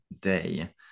Day